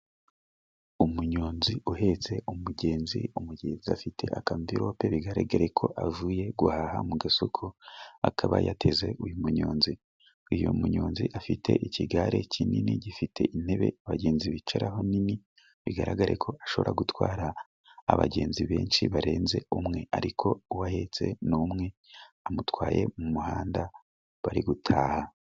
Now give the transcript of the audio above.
Umunyonzi uhetse umugenzi，umugenzi afite akamvirope bigaragare ko avuye guhaha mu gasoko， akaba yateze uyu munyonzi. Uyu munyonzi afite ikigare kinini gifite intebe nini，abagenzi bicaraho，bigaragare ko ashobora gutwara abagenzi benshi barenze umwe， ariko uwo ahetse ni umwe， amutwaye mu muhanda bari gutaha.